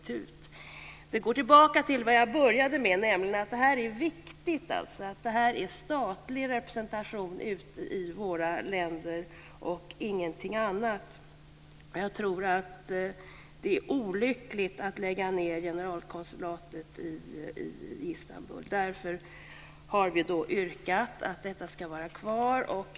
Detta går tillbaka till vad jag började med, nämligen att det är fråga om statlig representation i länderna och ingenting annat. Det är olyckligt att lägga ned generalkonsulatet i Istanbul. Därför har vi yrkat att detta ska vara kvar.